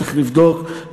צריך לבדוק,